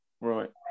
Right